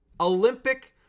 Olympic